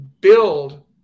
build